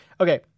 okay